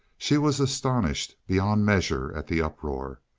she was astonished beyond measure at the uproar.